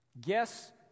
Guess